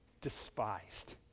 despised